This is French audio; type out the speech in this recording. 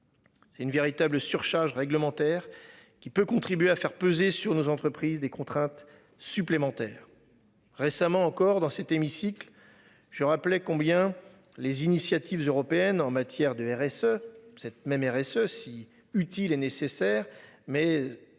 C'est une véritable surcharge réglementaire qui peut contribuer à faire peser sur nos entreprises des contraintes supplémentaires. Récemment encore dans cet hémicycle je rappeler combien les initiatives européennes en matière de RSE cette même et ceux si utile et nécessaire. Mais les